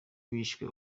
bishwe